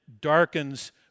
darkens